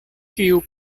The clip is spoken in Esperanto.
kiu